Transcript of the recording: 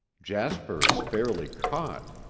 jasper is fairly caught.